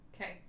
Okay